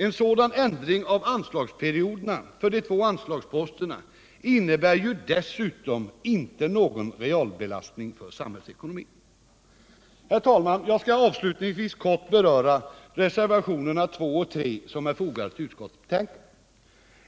En sådan ändring av anslagsperioderna för de två anslagsposterna innebär ju inte någon realbelastning för samhällsekonomin. Herr talman! Jag vill avslutningsvis beröra reservationerna 2 och 3 som är fogade till utskottets betänkande.